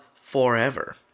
forever